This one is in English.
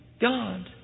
God